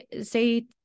say